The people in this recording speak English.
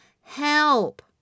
help